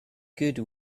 good